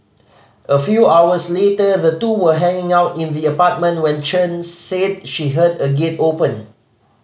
a few hours later the two were hanging out in the apartment when Chen said she heard a gate open